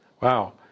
Wow